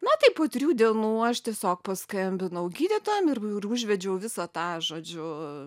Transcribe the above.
na tai po trijų dienų aš tiesiog paskambinau gydytojam ir užvedžiau visą tą žodžiu